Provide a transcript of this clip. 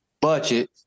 budget